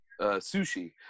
sushi